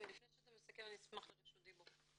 לפני שאתה מסכם אני אשמח לרשות דיבור.